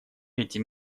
эти